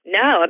no